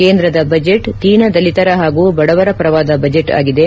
ಕೇಂದ್ರದ ಬಜೆಟ್ ದೀನದಲಿತ ಹಾಗೂ ಬಡವರ ಪರವಾದ ಬಜೆಟ್ ಆಗಿದೆ